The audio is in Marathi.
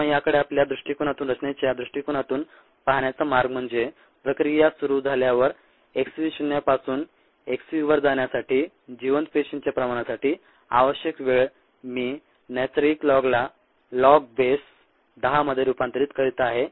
किंवा याकडे आपल्या दृष्टीकोनातून रचनेच्या दृष्टीकोनातून पाहण्याचा मार्ग म्हणजे प्रक्रिया सुरू झाल्यावर xv शून्यापासून xv वर जाण्यासाठी जिवंत पेशींच्या प्रमाणासाठी आवश्यक वेळ मी नैसर्गिक लॉगला लॉग बेस 10 मध्ये रूपांतरित करीत आहे